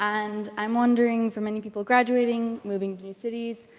and i'm wondering, for many people graduating, moving to new cities,